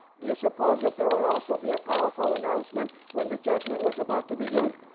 do you suppose that there will also be a powerful announcement when the judgement was about to begin?